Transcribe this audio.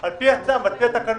על פי הצו ועל פי התקנות.